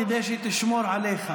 כדי שתשמור עליך.